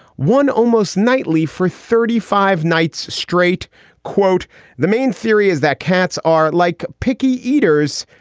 one almost nightly for thirty five nights straight quote the main theory is that cats are like picky eaters,